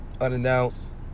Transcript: unannounced